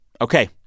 Okay